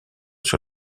sur